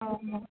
অঁ